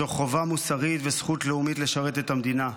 זו חובה מוסרית וזכות לאומית לשרת את המדינה.